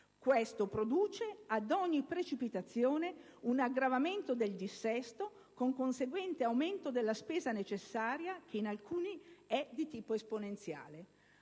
ciò produce ad ogni precipitazione un aggravamento del dissesto, con conseguente aumento della spesa necessaria, che in alcuni casi è di tipo esponenziale.